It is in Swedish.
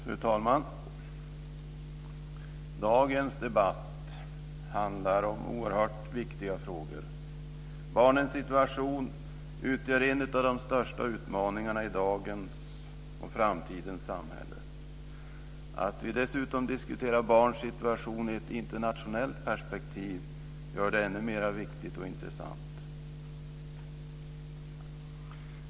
Fru talman! Dagens debatt handlar om oerhört viktiga frågor. Barnens situation utgör en av de största utmaningarna i dagens och framtidens samhälle. Att vi dessutom diskuterar barns situation i ett internationellt perspektiv gör det ännu mera viktigt och intressant.